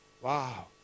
wow